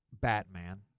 Batman